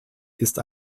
ist